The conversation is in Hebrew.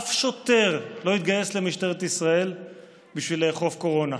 אף שוטר לא התגייס למשטרת ישראל בשביל לאכוף קורונה.